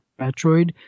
Metroid